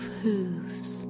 hooves